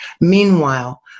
Meanwhile